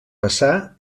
passar